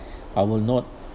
I will not